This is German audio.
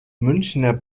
münchner